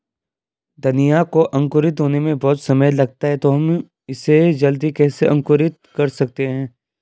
धनिया को अंकुरित होने में बहुत समय लगता है तो हम इसे जल्दी कैसे अंकुरित कर सकते हैं?